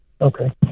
okay